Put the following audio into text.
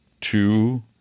two